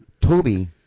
Toby –